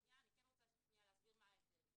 אני רוצה להסביר מה ההבדל.